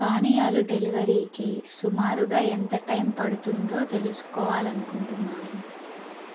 పానీయాలు డెలివరీకి సుమారుగా ఎంత టైం పడుతుందో తెలుసుకోవాలనుకుంటున్నాను